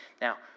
Now